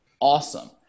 Awesome